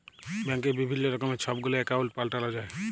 ব্যাংকে বিভিল্ল্য রকমের ছব গুলা একাউল্ট পাল্টাল যায়